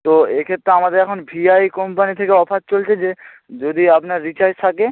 তো এ ক্ষেত্রে আমাদের এখন ভিআই কোম্পানি থেকে অফার চলছে যে যদি আপনার রিচার্জ থাকে